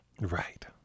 Right